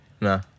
No